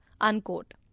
Unquote